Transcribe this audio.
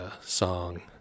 song